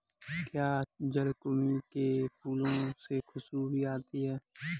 क्या जलकुंभी के फूलों से खुशबू भी आती है